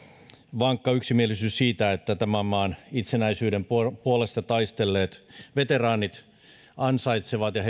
vankka yksimielisyys siitä että tämän maan itsenäisyyden puolesta taistelleet veteraanit ansaitsevat arvokkaan ja